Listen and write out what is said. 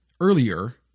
earlier